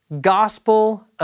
gospel